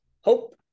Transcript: hope